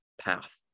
path